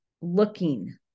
looking